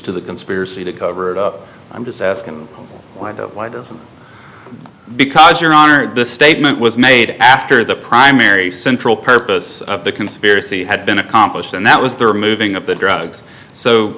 to the conspiracy to cover it up i'm just asking why doesn't because your honor the statement was made after the primary central purpose of the conspiracy had been accomplished and that was the removing of the drugs so